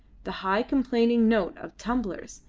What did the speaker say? the high complaining note of tumblers,